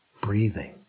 breathing